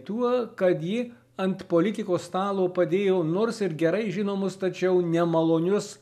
tuo kad ji ant politikos stalo padėjo nors ir gerai žinomus tačiau nemalonius